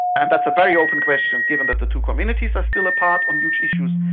and that's a very open question and given that the two communities are still apart on huge issues.